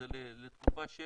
זה לתקופה של?